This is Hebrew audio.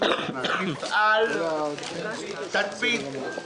ומפעל "צלפ תעשיות"